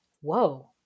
whoa